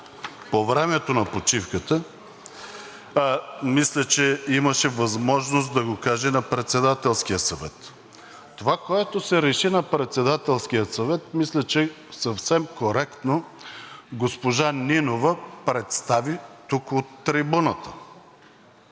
по времето на почивката, мисля, че имаше възможност да го каже на Председателския съвет. Това, което се реши на Председателския съвет, мисля, че съвсем коректно госпожа Нинова представи тук, от трибуната.